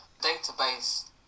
database